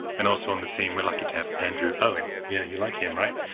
and also on the team we're lucky to have andrew owen, yeah you like him, right?